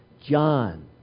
John